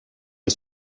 est